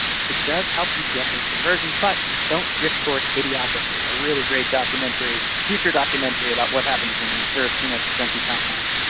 um it does help you get those conversions, but don't drift toward idiocracy, a really great future documentary about what happens when we serve too much junky content.